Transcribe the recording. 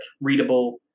readable